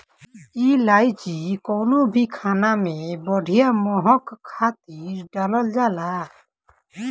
इलायची कवनो भी खाना में बढ़िया महक खातिर डालल जाला